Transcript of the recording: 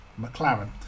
McLaren